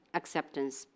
acceptance